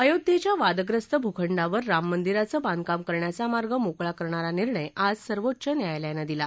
अयोध्येच्या वादग्रस्त भूखंडावर राममंदिराचं बांधकाम करण्याचा मार्ग मोकळा करणारा निर्णय आज सर्वोच्च न्यायालयानं दिला